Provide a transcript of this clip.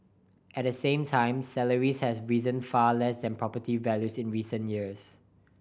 at the same time salaries have risen far less than property values in recent years